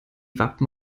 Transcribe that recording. wappen